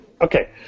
Okay